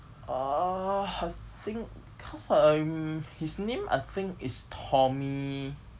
uh I think because I his name I think is tommy